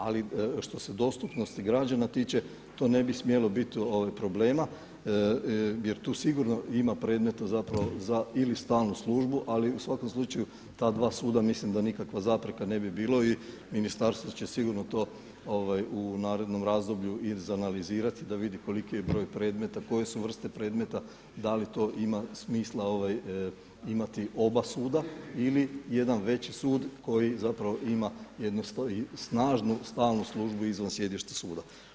Ali što se dostupnosti građana tiče to ne bi smjelo biti problema jer tu sigurno ima predmeta ili stalnu službu ali u svakom slučaju ta dva suda mislim da nikakva zapreka ne bi bila i ministarstvo će sigurno to u narednom razdoblju izanalizirati da vidi koliki je broj predmeta koje su vrste predmeta, da li to ima smisla imati oba suda ili jedan veći sud koji ima jednu snažnu stalnu službu izvan sjedišta suda.